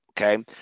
okay